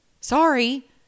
Sorry